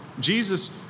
Jesus